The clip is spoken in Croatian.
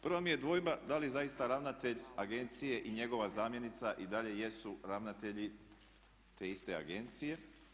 Prva mi je dvojba da li zaista ravnatelj agencije i njegova zamjenica i dalje jesu ravnatelj te iste agencije?